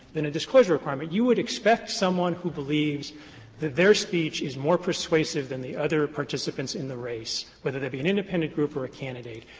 than a disclosure requirement. you would expect somebody who believes that their speech is more persuasive than the other participants in the race, whether they be an independent group or a candidate,